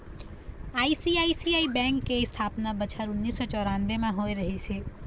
ICICI bank के इस्थापना बछर उन्नीस सौ चउरानबे म होय रिहिस हे